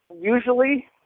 Usually